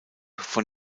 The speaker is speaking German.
von